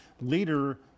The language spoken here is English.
leader